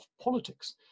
politics